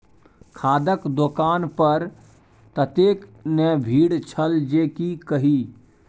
खादक दोकान पर ततेक ने भीड़ छल जे की कही